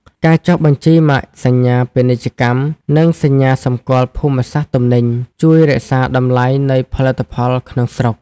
ការចុះបញ្ជីម៉ាកសញ្ញាពាណិជ្ជកម្ម និងសញ្ញាសម្គាល់ភូមិសាស្ត្រទំនិញ ជួយរក្សាតម្លៃនៃផលិតផលក្នុងស្រុក។